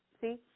see